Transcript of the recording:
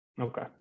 Okay